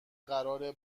قراره